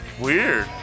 Weird